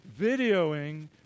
videoing